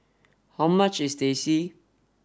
how much is Teh C